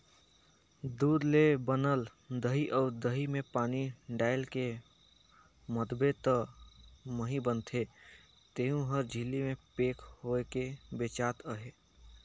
दूद ले बनल दही अउ दही में पानी डायलके मथबे त मही बनथे तेहु हर झिल्ली में पेक होयके बेचात अहे